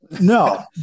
no